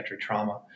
trauma